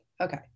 Okay